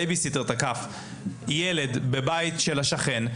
בייבי-סיטר תקף ילד בבית של השכן,